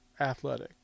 athletic